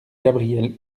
gabriel